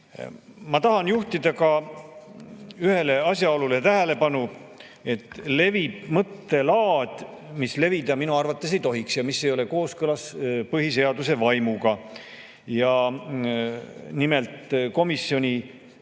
tahan juhtida ühele asjaolule tähelepanu. Levib mõttelaad, mis levida minu arvates ei tohiks ja mis ei ole kooskõlas põhiseaduse vaimuga. Nimelt, komisjoni